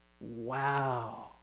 Wow